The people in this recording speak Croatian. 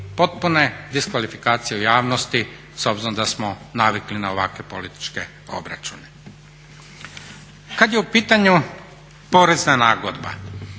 diskvalifikacije u javnosti s obzirom da smo navikli na ovakve političke obračune. Kad je u pitanju porezna nagodba,